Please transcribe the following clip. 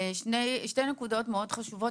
שתי נקודות מאוד חשובות,